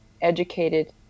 educated